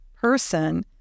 person